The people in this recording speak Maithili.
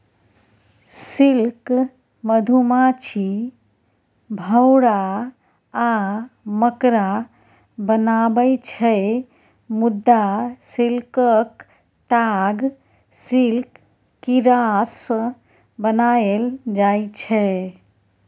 सिल्क मधुमाछी, भौरा आ मकड़ा बनाबै छै मुदा सिल्कक ताग सिल्क कीरासँ बनाएल जाइ छै